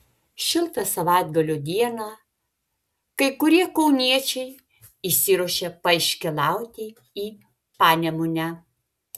šiltą savaitgalio dieną kai kurie kauniečiai išsiruošė paiškylauti į panemunę